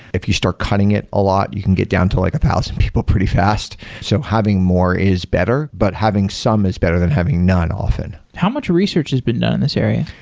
if you start cutting it a lot, you can get down to like a thousand people pretty fast. so having more is better, but having some is better than having none often. how much research has been done on this area?